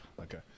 Okay